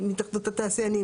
מאחר והדין משתנה כל הזמן,